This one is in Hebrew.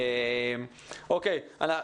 תודה מנשה.